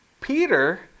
Peter